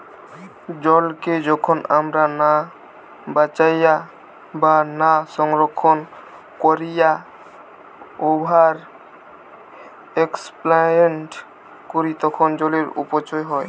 জলকে যখন আমরা না বাঁচাইয়া বা না সংরক্ষণ কোরিয়া ওভার এক্সপ্লইট করি তখন জলের অপচয় হয়